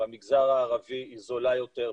במגזר הערבי היא זולה יותר,